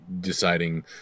deciding